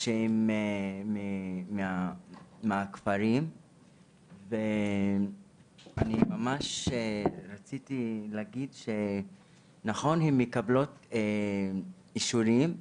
שהן מהכפרים ואני ממש רציתי להגיד שנכון שהן מקבלות אישורים,